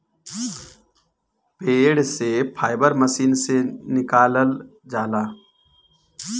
पेड़ से fibre machine से निकालल जाला